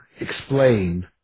explain